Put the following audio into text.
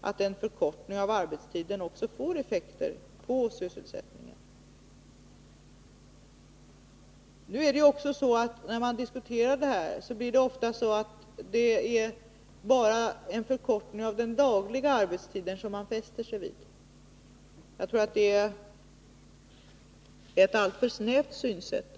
att en förkortning av arbetstiden, precis som Maj-Lis Lööw sade, också får effekter på sysselsättningen. När människor diskuterar arbetstidsförkortning fäster de sig ofta bara vid en förkortning av den dagliga arbetstiden. Jag tror att det är ett alltför snävt synsätt.